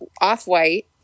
off-white